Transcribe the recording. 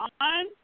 on